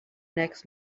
next